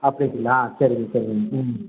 அப்படிங்களா சரிங்க சரிங்க ம்